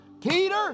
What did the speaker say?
Peter